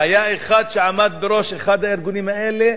והיה אחד שעמד בראש אחד הארגונים האלה,